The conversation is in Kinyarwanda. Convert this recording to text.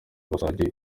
basangiye